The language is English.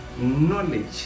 knowledge